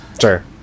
sure